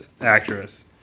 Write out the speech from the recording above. actress